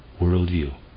worldview